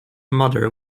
mother